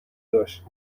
داشت